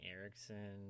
Erickson